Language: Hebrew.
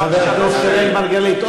חבר הכנסת אראל מרגלית,